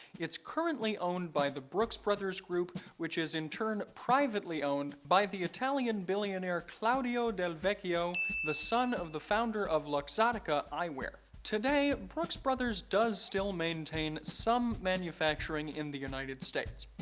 it's currently owned by the brooks brothers group which is, in turn, privately owned by the italian billionaire, claudio del vecchio, the son of the founder of luxottica eyewear. today, brooks brothers does still maintain some manufacturing in the united states,